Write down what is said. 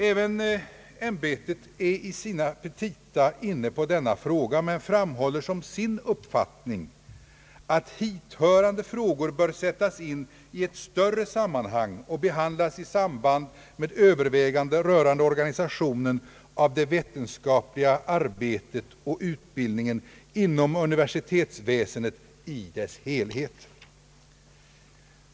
även ämbetet är i sina petita inne på denna fråga men framhåller som sin uppfattning att »hithörande frågor bör sättas in i ett större sammanhang och behandlas i samband med överväganden rörande organisationen av det vetenskapliga arbetet och utbildningen inom universitetsväsendet i dess helhet».